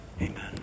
amen